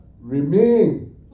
remain